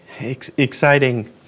exciting